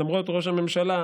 למרות ראש הממשלה,